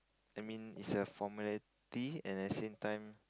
I mean is the formality at the same time